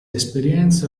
esperienza